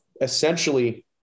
essentially